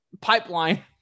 pipeline